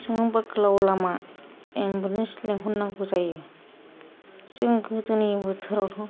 बेसेबांबा गोलाव लामा एम्बुलेन्स लिंहरनांगौ जायो जों गोदोनि बोथोरावथ'